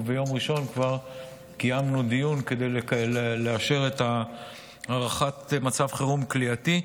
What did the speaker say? וביום ראשון כבר קיימנו דיון כדי לאשר הארכת מצב חירום כליאתי,